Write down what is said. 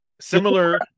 similar